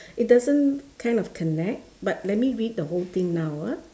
it doesn't kind of connect but let me read the whole thing now ah